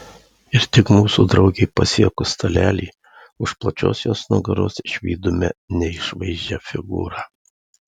ir tik mūsų draugei pasiekus stalelį už plačios jos nugaros išvydome neišvaizdžią figūrą